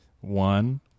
one